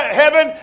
heaven